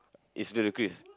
is Ludacris